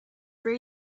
for